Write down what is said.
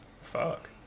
Fuck